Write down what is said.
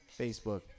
Facebook